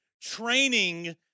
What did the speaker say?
training